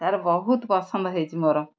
ତା'ର ବହୁତ ପସନ୍ଦ ହେଇଛି ମୋର